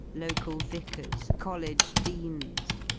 local vicars college deans,